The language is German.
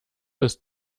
ist